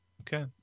Okay